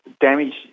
damage